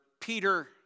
Peter